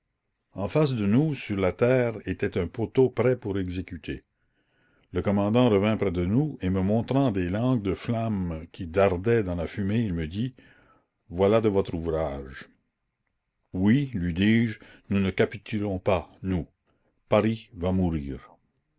en face de nous sur le tertre était un poteau prêt pour exécuter le commandant revint près de nous et me montrant des langues de flammes qui dardaient dans la fumée il me dit voilà de votre ouvrage oui lui dis-je nous ne capitulons pas nous paris va mourir